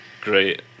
great